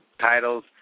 titles